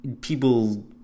People